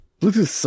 Bluetooth